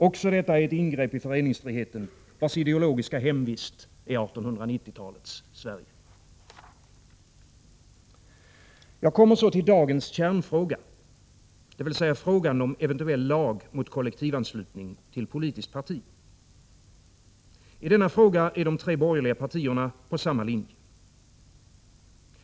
Också detta är ett ingrepp i föreningsfriheten, vars ideologiska hemvist är 1890-talets Sverige. Jag kommer så till dagens kärnfråga, dvs. frågan om eventuell lag mot kollektivanslutning till politiskt parti. I denna fråga är de tre borgerliga partierna på samma linje.